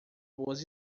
boas